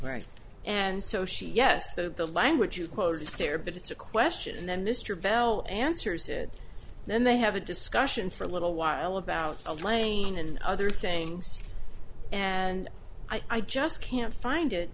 right and so she yes though the language you quoted scare but it's a question and then mr vaile answers it then they have a discussion for a little while about elaine and other things and i just can't find it